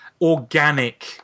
organic